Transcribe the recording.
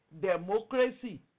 democracy